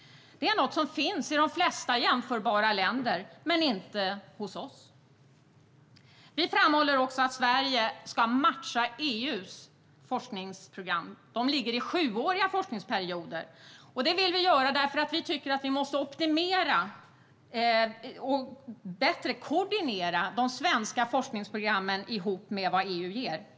Det är något som finns i de flesta jämförbara länder men inte hos oss. Vi framhåller också att Sverige ska matcha EU:s forskningsprogram, som ligger i sjuåriga forskningsperioder. Det vill vi därför att vi tycker att man måste optimera och bättre koordinera de svenska forskningsprogrammen med det som EU ger.